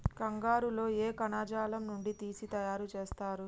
కంగారు లో ఏ కణజాలం నుండి తీసి తయారు చేస్తారు?